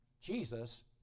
Jesus